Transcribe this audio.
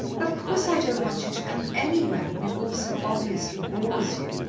of course, i don't want you to come anywhere when it all so obviously bores you,